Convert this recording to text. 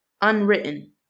unwritten